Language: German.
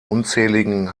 unzähligen